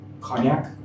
Cognac